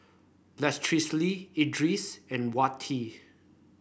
Lestari Idris and Wati